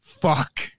Fuck